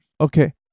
okay